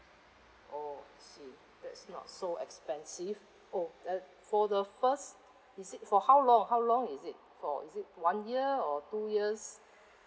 oh I see that's not so expensive oh that for the first is it for how long how long is it for is it one year or two years